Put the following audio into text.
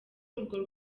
urwo